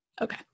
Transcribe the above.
Okay